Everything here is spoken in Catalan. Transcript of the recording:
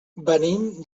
venim